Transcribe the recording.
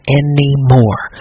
anymore